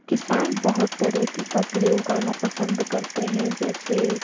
किसान बहुत तरह की फसलें उगाना पसंद करते हैं जैसे